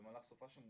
במהלך סוף השבוע,